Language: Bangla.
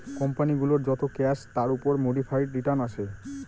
কোম্পানি গুলোর যত ক্যাশ তার উপর মোডিফাইড রিটার্ন আসে